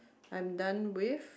I'm done with